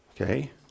Okay